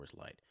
Light